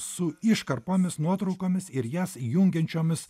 su iškarpomis nuotraukomis ir jas jungiančiomis